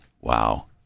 Wow